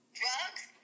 drugs